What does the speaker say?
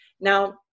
Now